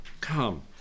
come